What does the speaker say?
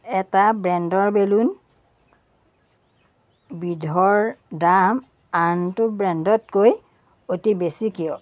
এটা ব্ৰেণ্ডৰ বেলুন বিধৰ দাম আনটো ব্ৰেণ্ডতকৈ অতি বেছি কিয়